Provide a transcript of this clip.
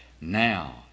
now